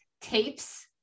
tapes